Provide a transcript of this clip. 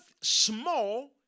small